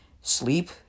sleep